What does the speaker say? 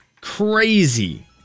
crazy